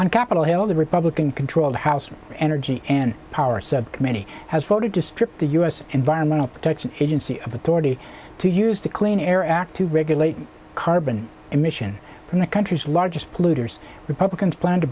on capitol hill the republican controlled house energy and power subcommittee has voted to strip the u s environmental protection agency of authority two years to clean air act to regulate carbon emission from the country's largest polluters republicans plan to